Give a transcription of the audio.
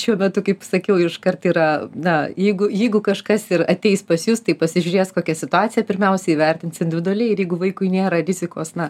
šiuo metu kaip sakiau iškart yra na jeigu jeigu kažkas ir ateis pas jus tai pasižiūrės kokią situaciją pirmiausia įvertins individualiai ir jeigu vaikui nėra rizikos na